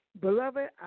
Beloved